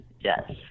yes